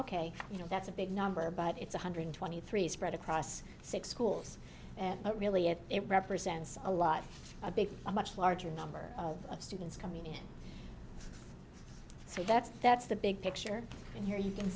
ok you know that's a big number but it's one hundred twenty three spread across six schools and it really is it represents a lot of big a much larger number of students coming in so that's that's the big picture and here you can